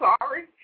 sorry